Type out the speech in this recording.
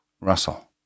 Russell